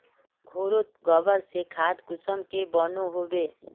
घोरोत गबर से खाद कुंसम के बनो होबे?